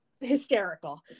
hysterical